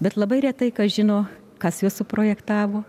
bet labai retai kas žino kas juos suprojektavo